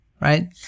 right